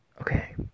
Okay